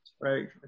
right